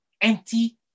empty